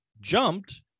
jumped